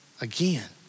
again